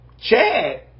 Chad